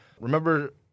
Remember